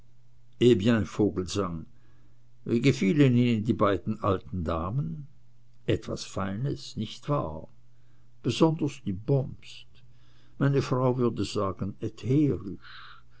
vogelsang wie gefielen ihnen die beiden alten damen etwas feines nicht wahr besonders die bomst meine frau würde sagen ätherisch